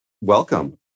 Welcome